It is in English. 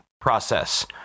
process